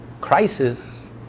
Crisis